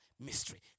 mystery